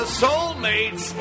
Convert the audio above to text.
soulmates